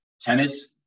tennis